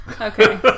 Okay